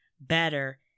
better